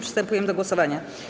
Przystępujemy do głosowania.